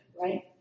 right